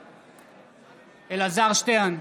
בעד אלעזר שטרן,